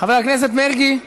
חבר הכנסת מרגי,